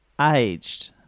aged